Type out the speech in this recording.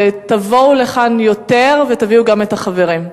תבואו לכאן יותר ותביאו גם את החברים.